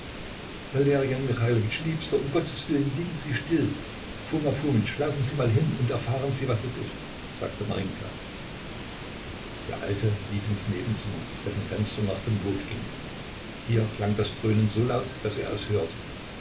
liebster um gottes willen liegen sie still foma fomitsch laufen sie mal hin und erfahren sie was es ist sagte marinjka der alte lief ins nebenzimmer dessen fenster nach dem hof gingen hier klang das dröhnen so laut daß er es hörte